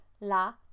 la